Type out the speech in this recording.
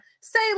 Say